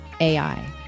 AI